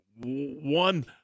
one